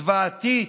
זוועתית,